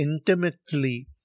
intimately